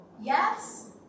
Yes